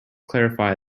clarify